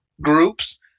Groups